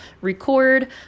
record